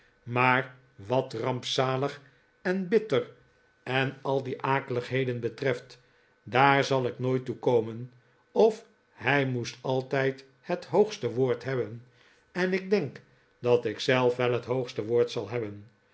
maar wat rampzalig en bitter en al die akeligheden betreft daar zal ik nooit toe komen of hij moest altijd het hoogste woord hebben en ik denk dat ik zelf wel het hoogste woord zal hebben